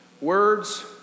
Words